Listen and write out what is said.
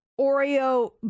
oreo